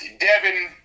Devin